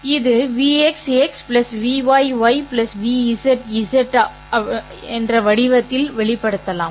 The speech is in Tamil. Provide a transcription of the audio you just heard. இது Vx x̂ Vy ŷ Vz of வடிவத்தில் வெளிப்படுத்தப்படலாம்